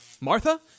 Martha